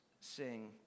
sing